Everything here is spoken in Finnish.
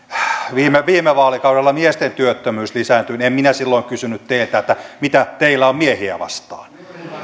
viime viime vaalikaudella miesten työttömyys lisääntyi ja en minä silloin kysynyt teiltä mitä teillä on miehiä vastaan